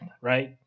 right